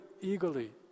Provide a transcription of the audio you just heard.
eagerly